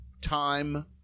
Time